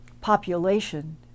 population